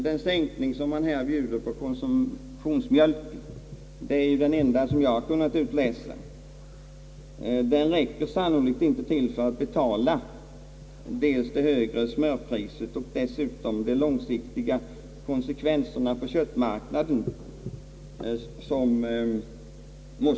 Den sänkning som här bjudes på konsumtionsmjölken räcker sannolikt inte till för att dels betala det högre smörpriset och dels kompensera de långsiktiga konsekvenserna på köttmarknaden.